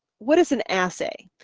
what is an assay?